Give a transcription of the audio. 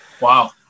Wow